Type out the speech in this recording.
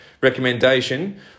recommendation